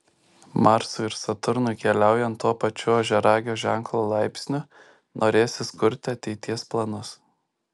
marsui ir saturnui keliaujant tuo pačiu ožiaragio ženklo laipsniu norėsis kurti ateities planus